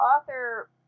author